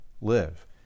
live